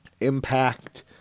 impact